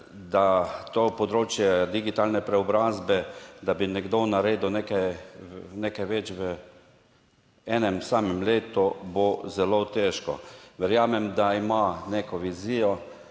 da to področje digitalne preobrazbe, da bi nekdo naredil nekaj več v enem samem letu, bo zelo težko. Verjamem, da ima neko vizijo,